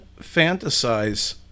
fantasize